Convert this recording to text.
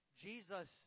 Jesus